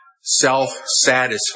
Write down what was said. self-satisfied